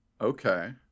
Okay